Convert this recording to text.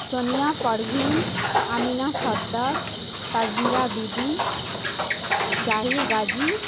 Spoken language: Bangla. সোনিয়া পারভীন আমিনা সর্দার তাজমিরা বিবি জাহির গাজী